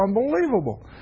unbelievable